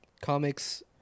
comics